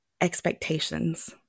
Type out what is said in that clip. expectations